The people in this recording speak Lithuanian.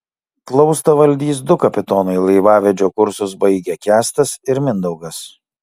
plaustą valdys du kapitonai laivavedžio kursus baigę kęstas ir mindaugas